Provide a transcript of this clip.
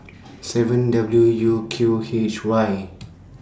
seven W U Q H Y